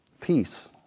peace